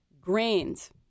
Grains